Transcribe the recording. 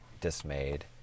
dismayed